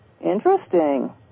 Interesting